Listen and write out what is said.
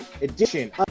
edition